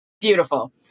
Beautiful